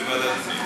בוועדת פנים.